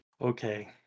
Okay